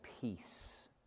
peace